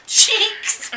cheeks